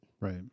Right